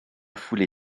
foulée